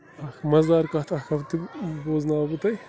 اَکھ مزٕدار کَتھ اَکھا تہِ بوزناوو بہٕ تۄہہِ